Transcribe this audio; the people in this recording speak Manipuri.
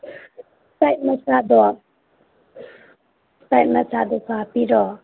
ꯃꯆꯥꯗꯣ ꯃꯆꯥꯗꯨꯁꯨ ꯍꯥꯞꯄꯤꯔꯣ